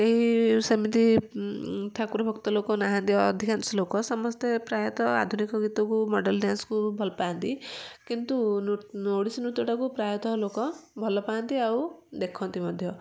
କେହି ସେମିତି ଠାକୁର ଭକ୍ତ ଲୋକ ନାହାନ୍ତି ଆଉ ଅଧିକାଂଶ ଲୋକ ସମସ୍ତେ ପ୍ରାୟତଃ ଆଧୁନିକ ଗୀତକୁ ମଡ଼େଲ୍ ଡ୍ୟାନ୍ସକୁ ଭଲ ପାଆନ୍ତି କିନ୍ତୁ ଓଡ଼ିଶୀ ନୃତ୍ୟଟାକୁ ପ୍ରାୟତଃ ଲୋକ ଭଲ ପାଆନ୍ତି ଆଉ ଦେଖନ୍ତି ମଧ୍ୟ